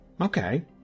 Okay